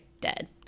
dead